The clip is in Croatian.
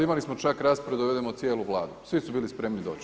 Imali smo čak raspravu da dovedemo cijelu Vladu, svi su bili spremni doći.